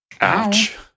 Ouch